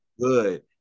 good